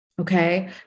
Okay